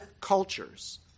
cultures